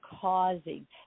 causing